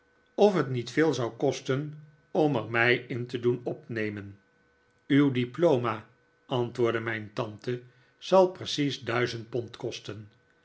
of het niet veel zou kosten om er mij in te doen opnemen uw diploma antwoordde mijn tante zal precies duizend pond kosten